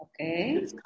Okay